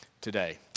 today